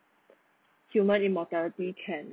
human immortality can